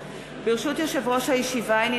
71. אם